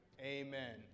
amen